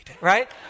Right